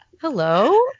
hello